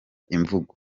imvugo